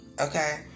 Okay